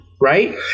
right